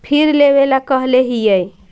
फिर लेवेला कहले हियै?